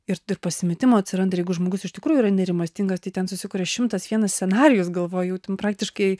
ir pasimetimo atsirandair jeigu žmogus iš tikrųjų yra nerimastingastai ten susikuria šimtas vienas scenarijus galvoj jau ten praktiškai